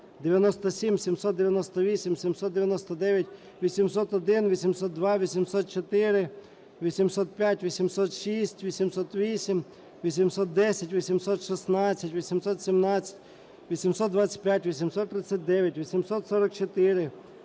797, 798, 799, 801, 802, 804, 805, 806, 808, 810, 816, 817, 825, 839, 844,